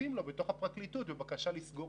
דוגמה אחת שפרסמנו בנושא שימוש